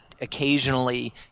occasionally